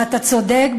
ואתה צודק,